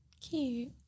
Cute